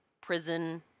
prison